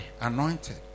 anointed